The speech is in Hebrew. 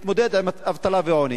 להתמודד עם אבטלה ועוני.